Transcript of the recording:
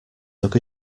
took